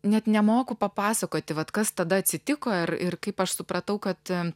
net nemoku papasakoti vat kas tada atsitiko ir ir kaip aš supratau kad